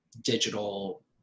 digital